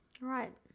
Right